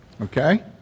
Okay